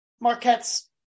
Marquette's